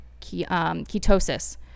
ketosis